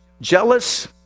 jealous